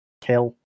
kill